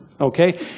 okay